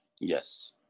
Yes